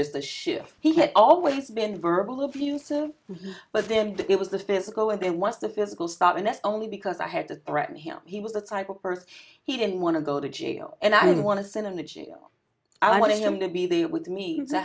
just the shit he had always been verbal abusive but then it was the physical and then once the physical stop and that's only because i had to threaten him he was the type of person he didn't want to go to jail and i didn't want to send energy i wanted him to be there with me t